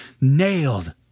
nailed